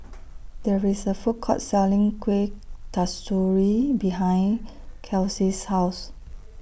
There IS A Food Court Selling Kuih Kasturi behind Kelsea's House